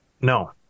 No